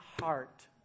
heart